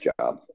job